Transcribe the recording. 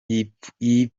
yipfuza